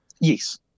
Yes